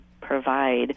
provide